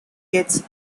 gets